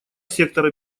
сектора